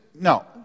no